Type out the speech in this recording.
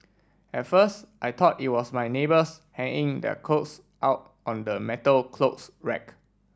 at first I thought it was my neighbours hanging their clothes out on the metal clothes rack